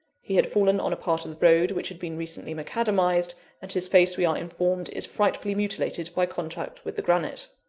he had fallen on a part of the road which had been recently macadamised and his face, we are informed, is frightfully mutilated by contact with the granite.